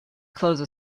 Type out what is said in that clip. close